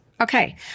Okay